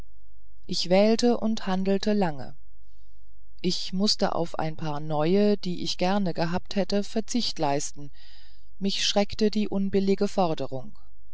ich wählte und handelte lange ich mußte auf ein paar neue die ich gern gehabt hätte verzicht leisten mich schreckte die unbillige forderung